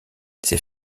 ses